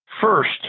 First